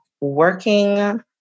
working